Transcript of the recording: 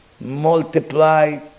multiply